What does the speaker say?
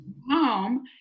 home